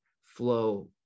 flow